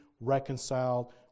reconciled